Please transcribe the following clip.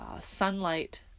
sunlight